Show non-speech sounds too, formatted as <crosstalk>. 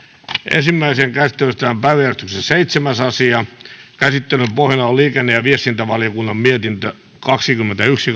ensimmäiseen käsittelyyn esitellään päiväjärjestyksen seitsemäs asia käsittelyn pohjana on liikenne ja viestintävaliokunnan mietintö kaksikymmentäyksi <unintelligible>